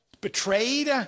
betrayed